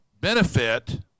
benefit